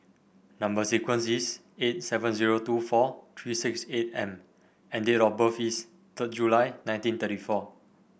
number sequence is eight seven zero two four three six eight M and date of birth is third July nineteen thirty four